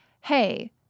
hey